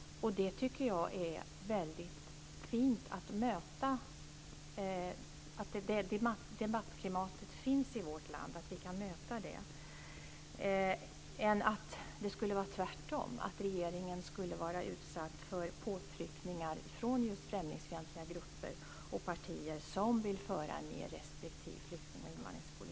Jag tycker att det är väldigt fint att det debattklimatet finns i vårt land. Tänk om det skulle vara tvärtom, att regeringen skulle vara utsatt för påtryckningar från just främlingsfientliga grupper och partier som vill föra en mer restriktiv flykting och invandringspolitik.